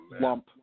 lump